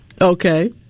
okay